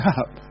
up